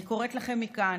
אני קוראת לכם מכאן,